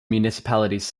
municipalities